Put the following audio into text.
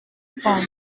forme